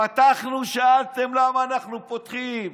פתחנו, שאלתם למה אנחנו פותחים.